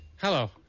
hello